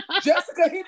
Jessica